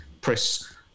press